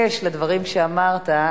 בהיקש לדברים שאמרת,